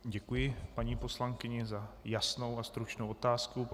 Děkuji paní poslankyni za jasnou a stručnou otázku.